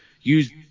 use